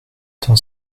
temps